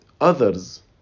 others